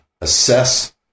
assess